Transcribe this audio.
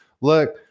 Look